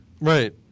Right